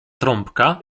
trąbka